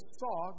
saw